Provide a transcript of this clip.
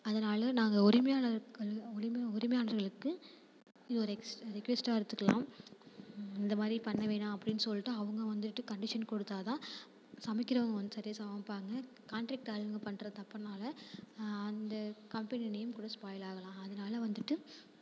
அதனால் நாங்கள் உரிமையாளர்கள் உரிமை உரிமையாளர்களுக்கு இது ஒரு எக்ஸ் ரெக்வெஸ்ட்டாக எடுத்துக்கலாம் இந்த மாதிரி பண்ண வேணாம் அப்படின்னு சொல்லிவிட்டு அவங்க வந்துட்டு கண்டிஷன் கொடுத்தா தான் சமைக்கிறவங்க வந்து சரியாக சமைப்பாங்க காண்ட்ரெக்ட் ஆளுங்கள் பண்ணுற தப்பினால அந்த கம்பெனி நேம் கூட ஸ்பாயில் ஆகலாம் அதனால் வந்துட்டு